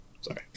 sorry